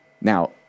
Now